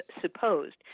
supposed